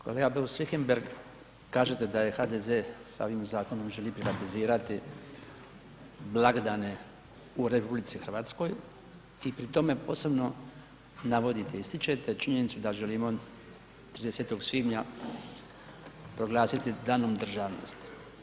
Kolega Beus Richembergh, kažete da je HDZ, sa ovim zakonom želi privatizirati blagdane u RH i pri tome posebno navodite i ističete činjenicu da želimo 30. svibnja proglasiti Danom državnosti.